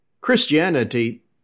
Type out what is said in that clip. Christianity